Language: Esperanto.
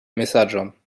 mesaĝon